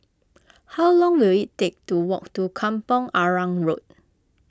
how long will it take to walk to Kampong Arang Road